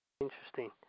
Interesting